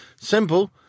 simple